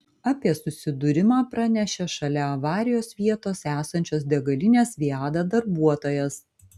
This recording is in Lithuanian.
apie susidūrimą pranešė šalia avarijos vietos esančios degalinės viada darbuotojas